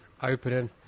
opening